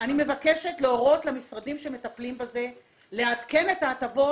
אני מבקשת להורות למשרדים שמטפלים בזה לעדכן את ההטבות,